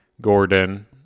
Gordon